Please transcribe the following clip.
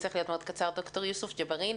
קודם,